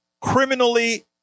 criminally